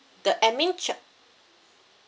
the admin cha~